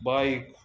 bike